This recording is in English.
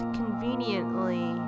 conveniently